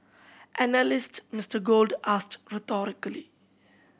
analyst Mister Gold asked rhetorically